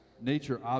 Nature